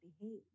behave